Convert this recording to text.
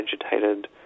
agitated